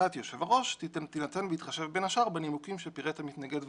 החלטת היו"ר תינתן בהתחשב בין השאר בנימוקים שפירט המתנגד וכו'.